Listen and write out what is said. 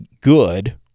good